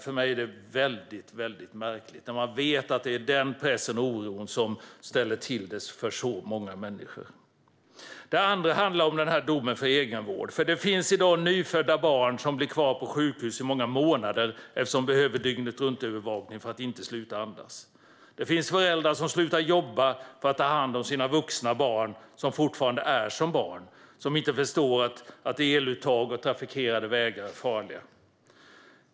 För mig är detta väldigt märkligt. Man vet ju att det är den pressen och den oron som ställer till det för så många människor. Det andra handlar om domen gällande egenvård. Det finns i dag nyfödda barn som blir kvar på sjukhus i många månader eftersom de behöver dygnetruntövervakning för att inte sluta andas. Det finns föräldrar som slutar jobba för att ta hand om sina vuxna barn som fortfarande är som barn - de förstår inte att eluttag och trafikerade vägar är farliga.